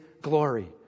glory